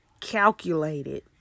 Calculated